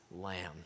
lamb